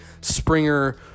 Springer